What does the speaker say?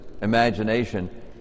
imagination